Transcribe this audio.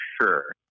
sure